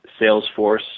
Salesforce